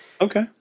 Okay